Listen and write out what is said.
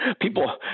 People